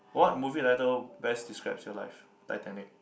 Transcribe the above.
what movie title best describes your life Titanic